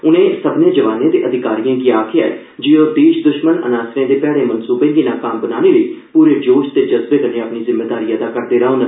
उन्नें सब्भनें जवानें ते अधिकारिएं गी आखेआ ऐ जे ओह देश द्श्मन अनासरें दे भैड़े मन्सूबें गी नाकाम बनाने लेई पूरे जोश ते जज्बे कन्नै अपनी जिम्मेदारी अदा करन